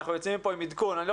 אנחנו יוצאים מפה עם עדכון אני לא